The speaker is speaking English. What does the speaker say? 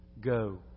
go